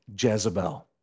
Jezebel